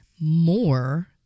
more